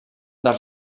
del